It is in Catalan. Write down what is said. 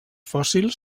fòssils